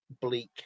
bleak